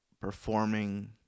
performing